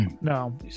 no